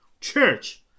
church